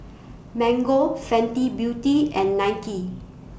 Mango Fenty Beauty and Nike